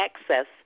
access